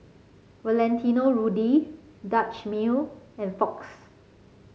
Valentino Rudy Dutch Mill and Fox